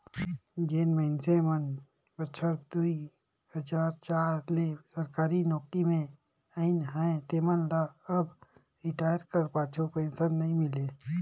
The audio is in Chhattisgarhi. जेन मइनसे मन बछर दुई हजार चार ले सरकारी नउकरी में अइन अहें तेमन ल अब रिटायर कर पाछू पेंसन नी मिले